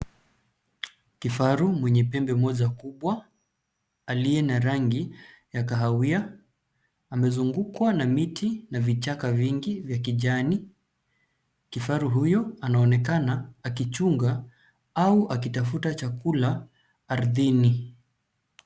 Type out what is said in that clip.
Kifaru mwenye pembe moja kubwa aliye na rangi ya kahawia amezungukwa na miti na vichaka vingi vya kijani. Kifaru huyu anaonekana akichunga au akitafuta chakula ardhini.